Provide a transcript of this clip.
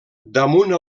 damunt